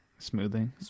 Smoothing